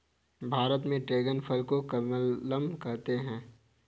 भारत में ड्रेगन फल को कमलम कहते है